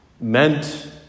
meant